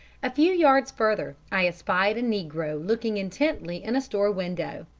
a few yards further, i espied a negro looking intently in a store window.